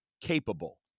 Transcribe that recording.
capable